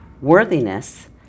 worthiness